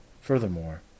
Furthermore